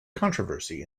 controversy